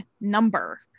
number